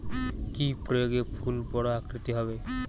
কি প্রয়োগে ফুল বড় আকৃতি হবে?